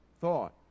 thought